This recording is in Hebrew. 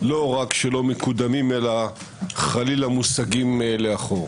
לא רק שלא מקודמים, אלא חלילה מושגים לאחור.